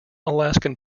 alaskan